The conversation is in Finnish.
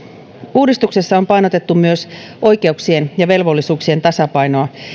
uudistuksessa on painotettu myös oikeuksien ja velvollisuuksien tasapainoa